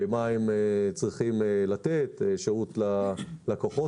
מה הן צריכות לתת כשירות ללקוחות.